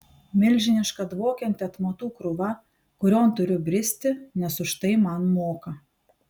milžiniška dvokianti atmatų krūva kurion turiu bristi nes už tai man moka